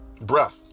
breath